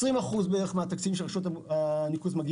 בערך 20% מהתקציב של רשויות הניקוז מגיע